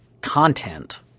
content